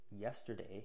yesterday